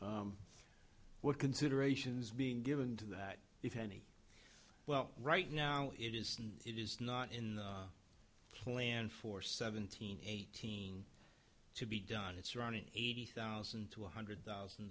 what considerations being given to that if any well right now it is it is not in the plan for seventeen eighteen to be done it's running eighty thousand to one hundred thousand